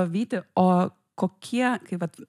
o vytį o kokie kaip vat